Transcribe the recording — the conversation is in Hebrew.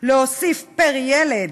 להוסיף פר-ילד